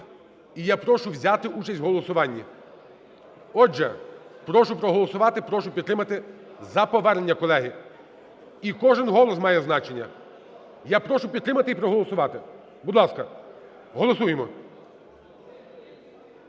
і я прошу взяти участь в голосуванні. Отже, прошу проголосувати, прошу підтримати. За повернення, колеги. І кожен голос має значення. Я прошу підтримати і проголосувати. Будь ласка, голосуємо.